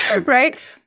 Right